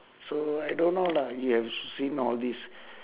so I don't know lah you have seen all these